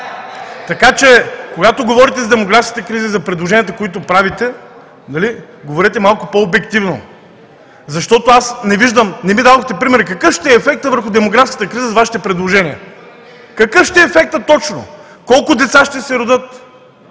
Така че, когато говорите за демографските кризи, за предложенията, които правите, говорете малко по-обективно, защото не ми дадохте пример какъв ще е ефектът върху демографската криза с Вашите предложения. Какъв ще е ефектът точно? Колко деца ще се родят?